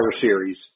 Series